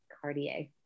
Cartier